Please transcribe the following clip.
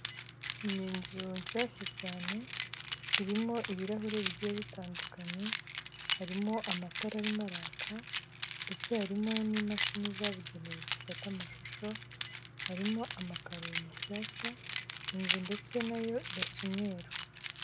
Ni inzu nshyashya cyane irimo ibirahuri bigiye bitandukanye, harimo amatara arimo araka ndetse harimo n'imashini zabugenewe zifata amashusho, harimo amakaro mashyashya, inzu ndetse na yo irasa umweru.